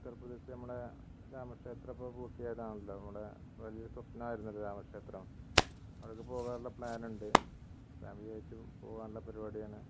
ഉത്തർപ്രദേശ് നമ്മുടെ രാമക്ഷേത്രം ഇപ്പം പൂർത്തി ആയതാണല്ലൊ നമ്മുടെ വലിയ സൊപ്നായിരുന്നല്ലൊ രാമക്ഷേത്രം അവിടെക്ക് പോകാനുള്ള പ്ലാനുണ്ട് ഫാമിലിയായിട്ടും പോകാനുള്ള പരിപാടിയാണ്